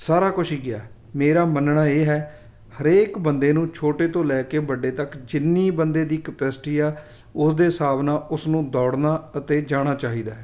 ਸਾਰਾ ਕੁਛ ਹੀ ਗਿਆ ਮੇਰਾ ਮੰਨਣਾ ਇਹ ਹੈ ਹਰੇਕ ਬੰਦੇ ਨੂੰ ਛੋਟੇ ਤੋਂ ਲੈ ਕੇ ਵੱਡੇ ਤੱਕ ਜਿੰਨੀ ਬੰਦੇ ਦੀ ਕਪੈਸਿਟੀ ਆ ਉਸਦੇ ਹਿਸਾਬ ਨਾਲ ਉਸਨੂੰ ਦੌੜਨਾ ਅਤੇ ਜਾਣਾ ਚਾਹੀਦਾ ਹੈ